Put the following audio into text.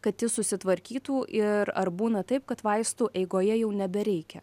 kad jis susitvarkytų ir ar būna taip kad vaistų eigoje jau nebereikia